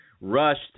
rushed